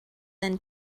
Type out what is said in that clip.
than